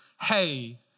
Hey